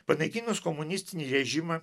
panaikinus komunistinį režimą